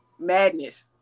Madness